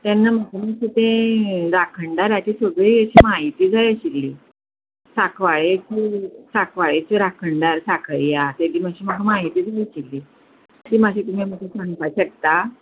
तेन्ना म्हाका मात्शें तें राखणदाराची सगळी अशी म्हायती जाय आशिल्ली साकवाळे ती साखवाळेच्यो राखणदार साखळ्या तेची मातशी म्हाका म्हायती जाय आशिल्ली ती मातशी तुमी म्हाका सांगपा शकता